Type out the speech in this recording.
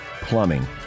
Plumbing